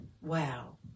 Wow